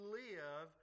live